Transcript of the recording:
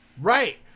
Right